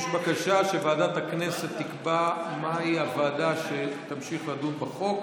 יש בקשה שוועדת הכנסת תקבע מהי הוועדה שתמשיך לדון בחוק.